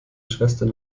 schwestern